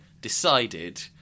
decided